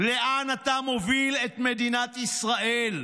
לאן אתה מוביל את מדינת ישראל?